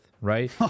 right